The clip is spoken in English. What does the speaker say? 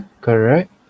correct